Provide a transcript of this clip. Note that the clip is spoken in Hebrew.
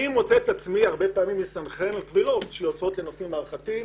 אני מוציא את עצמי הרבה פעמים מסנכרן קבילות בנושאים מערכתיים.